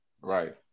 Right